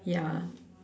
ya